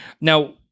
Now